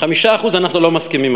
על 5% אנחנו לא מסכימים.